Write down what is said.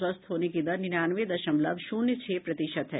स्वस्थ होने की दर निन्यानवे दशमलव शून्य छह प्रतिशत है